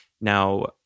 Now